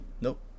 Nope